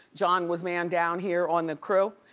john was man down here on the crew,